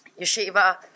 yeshiva